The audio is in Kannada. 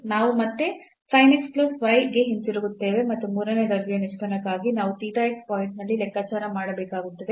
ನಾವು ಮತ್ತೆ sin x plus y ಗೆ ಹಿಂತಿರುಗುತ್ತೇವೆ ಮತ್ತು ಮೂರನೇ ದರ್ಜೆಯ ನಿಷ್ಪನ್ನಕ್ಕಾಗಿ ನಾವು theta x ಪಾಯಿಂಟ್ನಲ್ಲಿ ಲೆಕ್ಕಾಚಾರ ಮಾಡಬೇಕಾಗುತ್ತದೆ